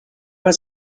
was